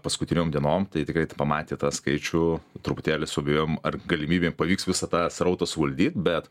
paskutiniom dienom tai tikrai pamatę tą skaičių truputėlį suabejojom ar galimybė pavyks visą tą srautą suvaldyt bet